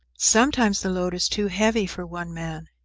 sometimes the load is too heavy for one man.